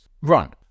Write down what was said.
run